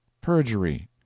PERJURY